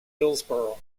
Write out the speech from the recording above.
hillsboro